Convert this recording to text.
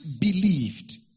believed